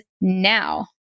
now